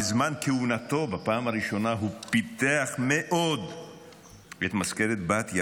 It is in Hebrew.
בזמן כהונתו בפעם הראשונה הוא פיתח מאוד את מזכרת בתיה,